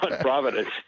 Providence